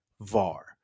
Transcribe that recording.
VAR